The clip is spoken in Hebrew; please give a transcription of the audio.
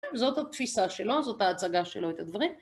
זאת התפיסה שלו, זאת ההצגה שלו את הדברים.